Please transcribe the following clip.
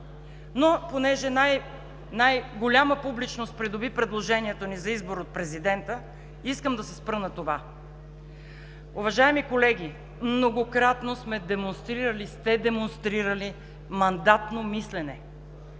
Но понеже най-голяма публичност придоби предложението ни за избор от президента, искам да се спра на това. Уважаеми колеги, многократно сме демонстрирали, сте демонстрирали мандатно мислене.